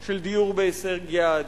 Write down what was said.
של דיור בהישג יד,